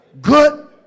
good